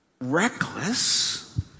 reckless